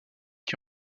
qui